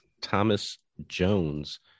Thomas-Jones